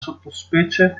sottospecie